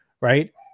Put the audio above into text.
right